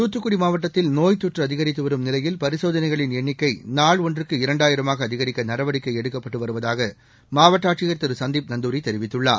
தூத்துக்குடி மாவட்டத்தில் நோய் தொற்று அதிகரித்து வரும் நிலையில் பரிசோதனைகளின் எண்ணிக்கை நாள் ஒன்றுக்கு இரண்டாயிரமாக அதிகரிக்க நடவடிக்கை எடுக்கப்பட்டு வருவதாக மாவட்ட ஆட்சியர் திரு சந்தீப் நந்தூரி தெரிவித்துள்ளார்